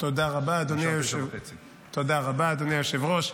תודה רבה, אדוני היושב-ראש.